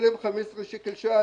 לשלם 15 שקל לשעה.